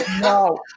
no